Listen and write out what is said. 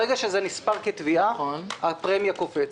ברגע שזה נספר כתביעה הפרמיה קופצת.